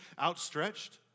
outstretched